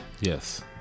Yes